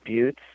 buttes